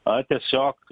a tiesiog